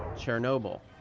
chernobyl,